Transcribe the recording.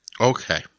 Okay